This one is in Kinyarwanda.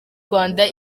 rwanda